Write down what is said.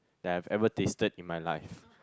that I've ever tasted in my life